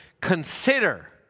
consider